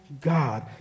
God